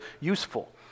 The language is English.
useful